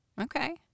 Okay